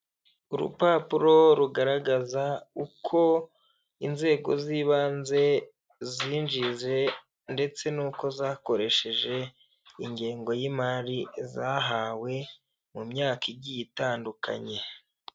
Urupapuro rugaragaza uko inzego z'ibanze zinjije ndetse nuko zakoresheje ingengo y'imari zahawe mu myaka igiye itandukanye.